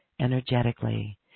energetically